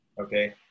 okay